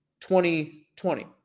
2020